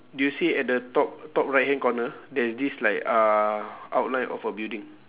do you see at the top top right hand corner there's this like uh outline of a building